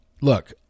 Look